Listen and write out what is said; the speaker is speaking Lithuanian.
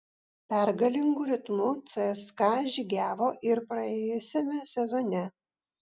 pergalingu ritmu cska žygiavo ir praėjusiame sezone